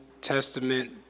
Testament